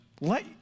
let